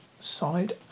side